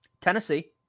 Tennessee